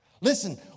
Listen